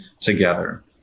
together